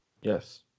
Yes